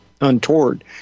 untoward